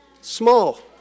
small